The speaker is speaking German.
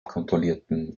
kontrollierten